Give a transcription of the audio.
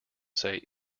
say